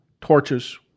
torches